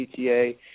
PTA